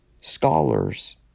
scholars